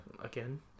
Again